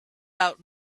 out